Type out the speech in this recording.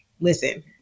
listen